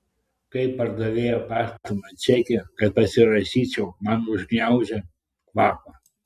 kai pardavėja pastumia čekį kad pasirašyčiau man užgniaužia kvapą